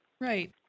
Right